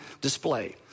display